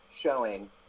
showing